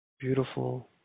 beautiful